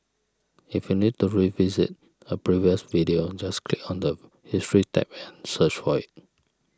if you need to revisit a previous video just click on the history tab and search for it